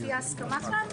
לפי ההסכמה כאן,